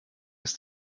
ist